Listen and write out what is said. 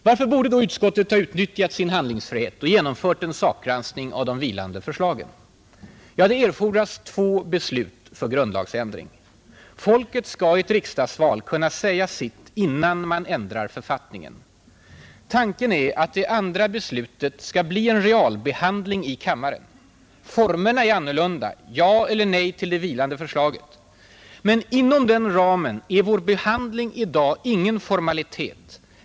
Varför borde då utskottet ha utnyttjat sin handlingsfrihet och genomfört en sakgranskning av de vilande förslagen? Det erfordras två beslut för grundlagsändring. Folket skall i ett riksdagsval kunna säga sitt innan man ändrar författningen. Tanken är att det andra förslaget skall bli en realbehandling i kammaren. Formerna är annorlunda: ja eller nej till det vilande förslaget. Men inom den ramen är vår behandling i dag ingen formalitet.